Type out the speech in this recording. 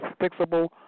fixable